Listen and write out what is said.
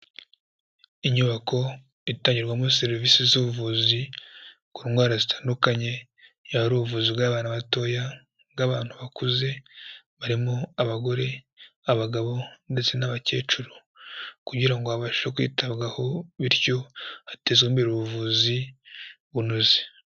Inyubako itangirwamo serivisi z'ubuvuzi ku ndwara zitandukanye, yaba ari ubuvuzi bw'abana batoya, ubw'abantu bakuze, barimo abagore, abagabo ndetse n'abakecuru kugira ngo babashe kwitabwaho bityo hatezwe imbere ubuvuzi bunoze.